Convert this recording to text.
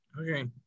Okay